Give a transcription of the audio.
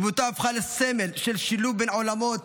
דמותו הפכה לסמל של שילוב בין עולמות,